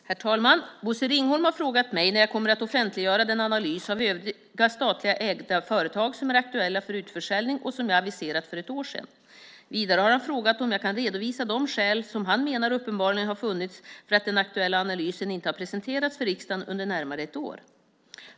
Herr talman! Bosse Ringholm har frågat mig när jag kommer att offentliggöra den analys av övriga statligt ägda företag som är aktuella för utförsäljning och som jag aviserat för ett år sedan. Vidare har han frågat om jag kan redovisa de skäl som han menar uppenbarligen har funnits för att den aktuella analysen inte har presenterats för riksdagen under närmare ett år.